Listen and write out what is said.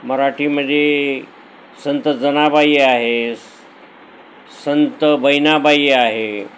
मराठीमध्ये संत जनाबाई आहे संत बहिणाबाई आहे